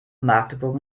magdeburg